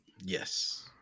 Yes